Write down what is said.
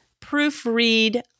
proofread